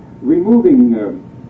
removing